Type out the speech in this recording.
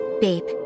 Babe